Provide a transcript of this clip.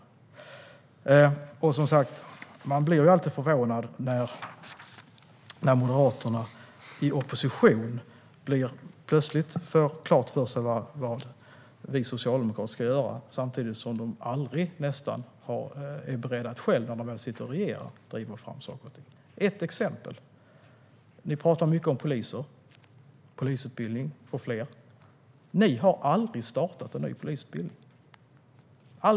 Man blir, som sagt, alltid förvånad när Moderaterna i opposition plötsligt får klart för sig vad vi socialdemokrater ska göra, samtidigt som de nästan aldrig är beredda att själva när de sitter i regeringsställning driva fram saker och ting. Jag ska ta upp ett exempel. Moderaterna talar mycket om poliser och polisutbildning för att få fler poliser. Men ni har aldrig startat en ny polisutbildning.